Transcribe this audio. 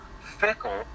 fickle